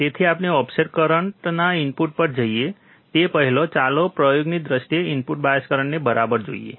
તેથી આપણે ઓફસેટ કરંટના ઇનપુટ પર જઈએ તે પહેલાં ચાલો પ્રયોગની દ્રષ્ટિએ ઇનપુટ બાયસ કરંટને બરાબર જોઈએ